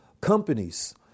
companies